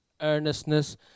earnestness